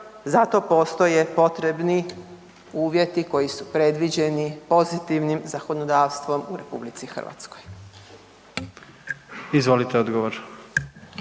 zato postoje potrebni uvjeti koji su predviđeni pozitivnim zakonodavstvom u RH.